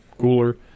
cooler